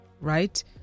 right